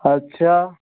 अच्छा